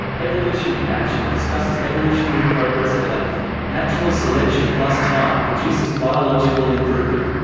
evolution in action discusses evolutionary progress at length natural selection plus time produces biological improvement,